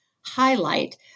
highlight